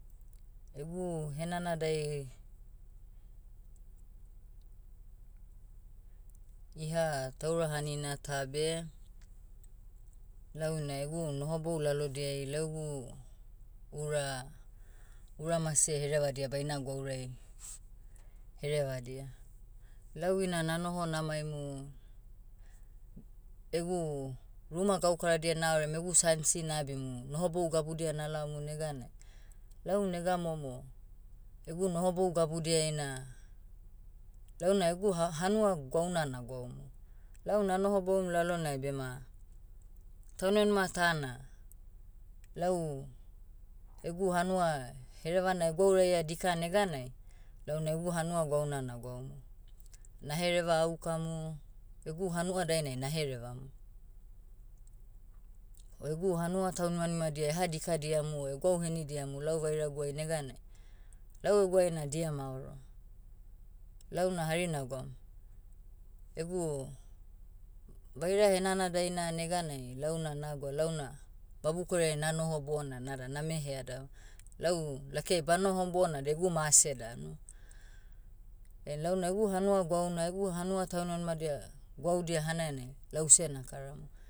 Egu henanadai, iha taura hanina ta beh, lau ina egu nohobou lalodiai lau egu, ura- uramase herevadia baina gwaurai, herevadia. Lau ina nanoho namaimu, egu, ruma gaukaradia naorem egu sansi nabimu nohobou gabudia nalaomu neganai, lau nega momo, egu nohobou gabudiai na, launa egu ha- hanua gwauna nagwaumu. Lau nanohoboum lalonai bema, taunmanima ta na, lau, egu hanua, herevana gouraia dika neganai, launa egu hanua gwauna nagwaumu. Nahereva aukamu, egu hana dainai naherevamu. O egu hanua taunmanimadia eha dikadiamu o egwau henidiamu lau vairaguai neganai, lau eguai na dia maoro. Launa hari nagwaum, egu, vaira henanadaina neganai launa nagwa launa, vabukoriai nanoho bona nada name headava. Lau lakiai banohom bona da egu mase danu. Ain launa egu hanua gwauna egu hannua taunimanimadia, gwaudia hanainai, lause nakaramu.